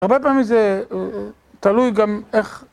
הרבה פעמים זה תלוי גם איך...